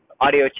audio